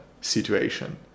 situation